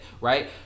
right